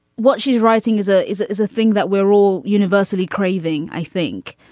what she's writing is a is it is a thing that we're all universally craving, i think.